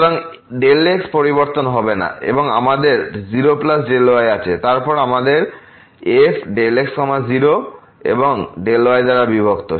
সুতরাং Δx পরিবর্তন হবে না এবং আমাদের 0Δy আছে তারপর আমাদের fΔx 0 এবং Δy দ্বারা বিভক্ত